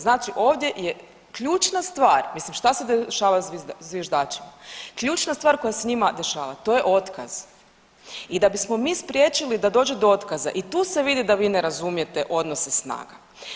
Znači ovdje je ključna stvar, mislim šta se dešava zviždačima, ključna stvar koja se njima dešava to je otkaz i da bismo mi spriječili da dođe do otkaza i tu se vidi ne razumijete odnose snaga.